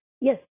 Yes